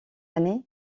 année